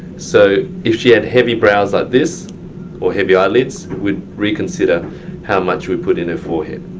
so if she had heavy brows like this or heavy eyelids we'd reconsider how much we'd put in her forehead.